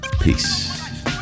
Peace